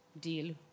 deal